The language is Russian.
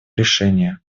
решения